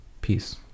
peace